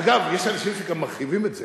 אגב, יש אנשים שגם מרחיבים את זה